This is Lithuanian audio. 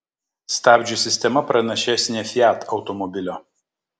stabdžių sistema pranašesnė fiat automobilio